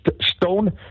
stone